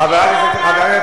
חברת